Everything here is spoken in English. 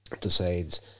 decides